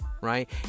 right